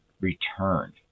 return